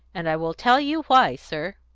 and i will tell you why, sir.